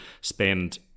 spend